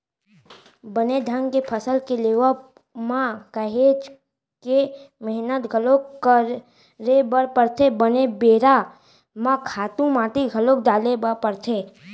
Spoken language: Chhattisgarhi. बने ढंग ले फसल के लेवब म काहेच के मेहनत घलोक करे बर परथे, बने बेरा म खातू माटी घलोक डाले बर परथे